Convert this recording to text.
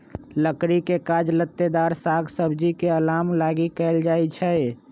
लकड़ी के काज लत्तेदार साग सब्जी के अलाम लागी कएल जाइ छइ